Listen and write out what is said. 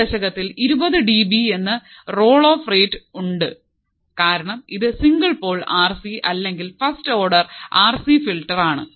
ഒരു ദശകത്തിൽ ഇരുപതു ഡി ബി എന്ന റോൾ ഓഫ് റേറ്റ് ഉണ്ട് കാരണം ഇത് സിംഗിൾ പോൾ ആർസി അല്ലെങ്കിൽ ഫസ്റ്റ് ഓർഡർ ആർസി ഫിൽട്ടർ ആണ്